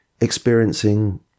experiencing